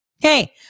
Hey